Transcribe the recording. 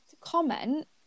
comment